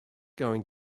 going